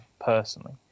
personally